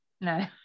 no